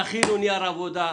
תכינו נייר עבודה,